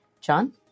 John